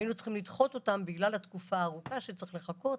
היינו צריכים לדחות אותם בגלל התקופה הארוכה שצריך לחכות